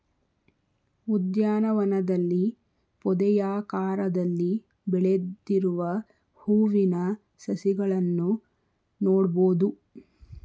ಉದ್ಯಾನವನದಲ್ಲಿ ಪೊದೆಯಾಕಾರದಲ್ಲಿ ಬೆಳೆದಿರುವ ಹೂವಿನ ಸಸಿಗಳನ್ನು ನೋಡ್ಬೋದು